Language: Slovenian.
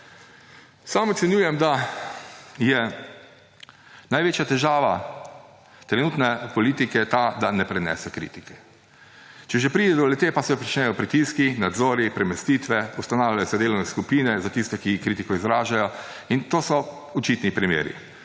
Sam ocenjujem, da največja težava trenutne politike je ta, da ne prenese kritike. Če že pride do le-te, pa se pričnejo pritiski, nadzori, premestitve, ustanavljajo se delovne skupine za tiste, ki kritiko izražajo; in to so očitni primeri.